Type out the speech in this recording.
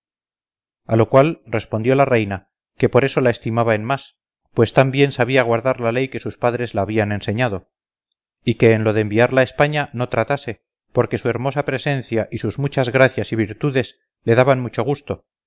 a lo cual respondió la reina que por eso la estimaba en más pues tan bien sabía guardar la ley que sus padres la habían enseñado y que en lo de enviarla a españa no tratase porque su hermosa presencia y sus muchas gracias y virtudes le daban mucho gusto